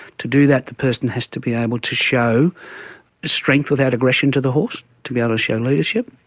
to do that the person has to be able to show strength without aggression to the horse, to be able to show leadership,